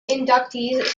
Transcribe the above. inductees